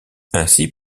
ainsi